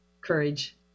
courage